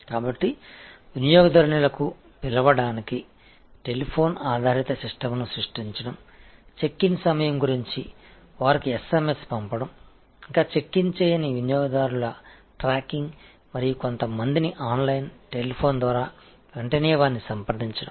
எனவே கஸ்டமர்களை அழைக்கும் சில தொலைபேசி அடிப்படையிலான அமைப்பை உருவாக்குவதன் மூலம் அவர்களுக்கு சரியான நேரத்தில் எஸ்எம்எஸ் அனுப்பவும் கஸ்டமர்கள் இதுவரை சரிபார்க்காத மற்றும் சில ஆன்லைனில் அவர்களுடன் தொலைபேசியில் உடனடியாகத் தொடர்புகொள்ளவும்